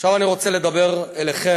עכשיו אני רוצה לדבר אליכם,